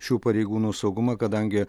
šių pareigūnų saugumą kadangi